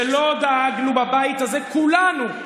שלא דאגנו בבית הזה כולנו,